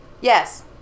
Yes